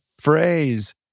phrase